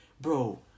Bro